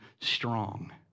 strong